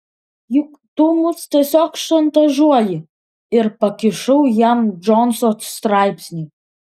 juk tu mus tiesiog šantažuoji ir pakišau jam džonso straipsnį